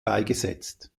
beigesetzt